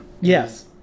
Yes